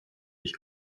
ich